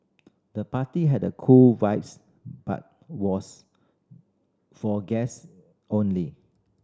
the party had a cool vibes but was for guest only